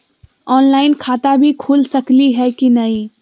Online खाता भी खुल सकली है कि नही?